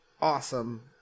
awesome